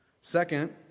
Second